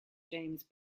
james